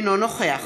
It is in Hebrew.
אינו נוכח